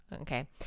okay